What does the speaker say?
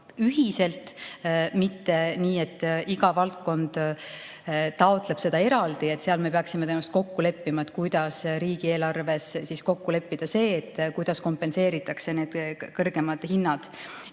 ühiselt, mitte nii, et iga valdkond taotleb seda eraldi. Seal me peaksime tõenäoliselt kokku leppima, kuidas riigieelarves kokku leppida see, kuidas kompenseeritakse kõrgemad hinnad.